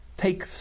take